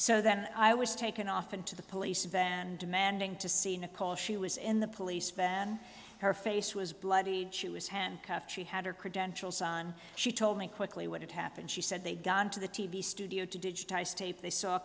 so then i was taken off into the police van demanding to see nicole she was in the police van her face was bloodied she was handcuffed she had her credentials on she told me quickly what had happened she said they got into the t v studio to digitise tape they saw